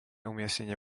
umiestnenie